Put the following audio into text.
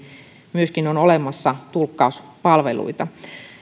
on olemassa myöskin tulkkauspalveluita